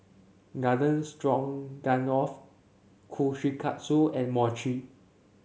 Garden Stroganoff Kushikatsu and Mochi